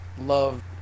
love